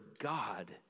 God